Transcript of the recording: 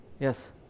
Yes